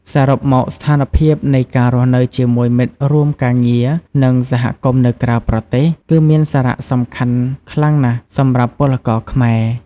សរុបមកស្ថានភាពនៃការរស់នៅជាមួយមិត្តរួមការងារ និងសហគមន៍នៅក្រៅប្រទេស គឺមានសារៈសំខាន់ខ្លាំងណាស់សម្រាប់ពលករខ្មែរ ។